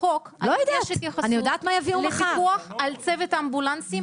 בחוק יש התייחסות לפיקוח על צוות אמבולנסים,